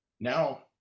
now